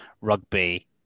rugby